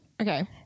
Okay